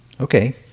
Okay